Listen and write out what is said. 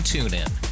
TuneIn